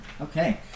Okay